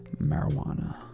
Marijuana